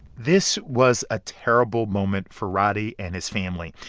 this was a terrible moment for roddey and his family.